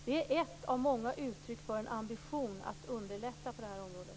Det är ett av många uttryck för en ambition att underlätta på det här området.